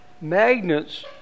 magnets